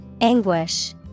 Anguish